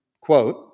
quote